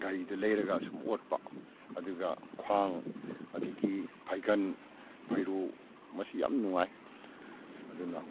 ꯒꯥꯔꯤꯗ ꯂꯩꯔꯒ ꯁꯨꯝ ꯑꯣꯠꯄ ꯑꯗꯨꯒ ꯈ꯭ꯋꯥꯡ ꯑꯗꯒꯤ ꯐꯥꯏꯒꯟ ꯐꯩꯔꯨ ꯃꯁꯤ ꯌꯥꯝ ꯅꯨꯡꯉꯥꯏ ꯑꯗꯨꯅ